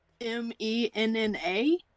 M-E-N-N-A